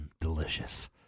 Delicious